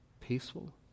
peaceful